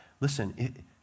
Listen